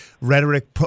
rhetoric